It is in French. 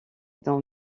dont